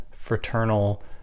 fraternal